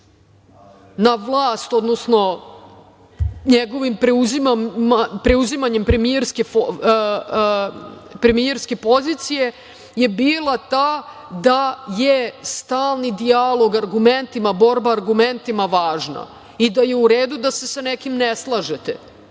na vlast, odnosno njegovim preuzimanjem premijerske pozicije, je ta da je stalni dijalog argumentima, borba argumentima važna i da je u redu da se sa nekim ne slažete,